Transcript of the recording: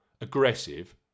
aggressive